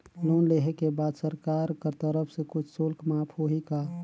Loan लेहे के बाद सरकार कर तरफ से कुछ शुल्क माफ होही का?